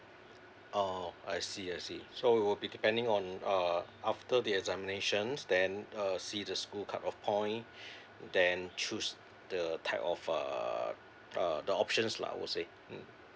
oh I see I see so it'll depending on uh after the examinations then uh see the school cut off point then choose the type of uh uh the options lah I would say mm